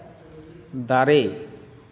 ᱫᱟᱨᱮ